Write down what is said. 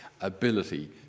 ability